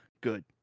Good